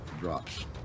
drops